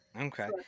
Okay